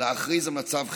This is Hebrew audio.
להכריז על מצב חירום,